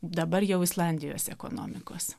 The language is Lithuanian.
dabar jau islandijos ekonomikos